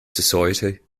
society